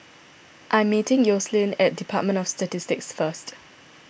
I am meeting Yoselin at Department of Statistics first